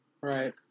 Right